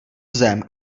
zem